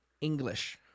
English